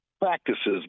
practices